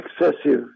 excessive